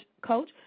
coach